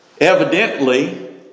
evidently